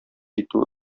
итү